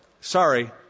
sorry